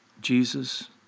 Jesus